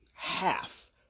Half